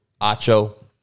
Acho